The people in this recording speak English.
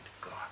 God